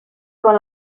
con